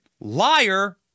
liar